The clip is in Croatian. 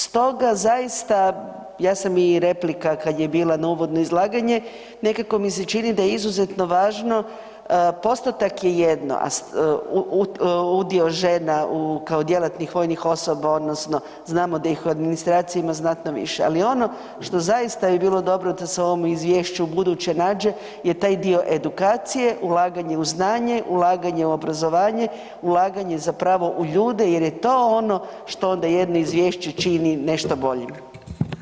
Stoga zaista ja sam i replika kada je bila na uvodno izlaganje nekako mi se čini da je izuzetno važno, postotak je jedno udio žena kao djelatnih vojnih osoba odnosno da ih u administraciji ima znatno više, ali ono što bi zaista bilo dobro da se u ovome izvješću ubuduće nađe je taj dio edukacije, ulaganje u znanje, ulaganje u obrazovanje, ulaganje zapravo u ljude jer je to ono što onda jedno izvješće čini nešto boljim.